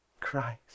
Christ